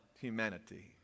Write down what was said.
humanity